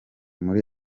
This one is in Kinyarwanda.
muri